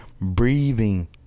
breathing